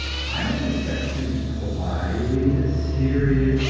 i am expected to be polite and serious,